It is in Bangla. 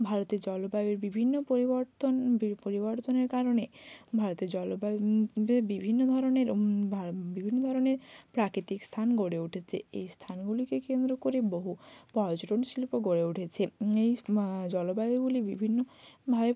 ভারতের জলবায়ুর বিভিন্ন পরিবর্তন পরিবর্তনের কারণে ভারতের জলবায়ু এ বিভিন্ন ধরনের বিভিন্ন ধরনের প্রাকৃতিক স্থান গড়ে উঠেছে এই স্থানগুলিকে কেন্দ্র করে বহু পর্যটন শিল্প গড়ে উঠেছে এই জলবায়ুগুলি বিভিন্নভাবে